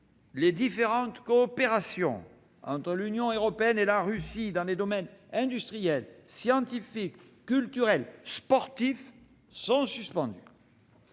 les différentes coopérations entre l'Union européenne et la Russie dans les domaines industriel, scientifique, culturel ou sportif sont suspendues.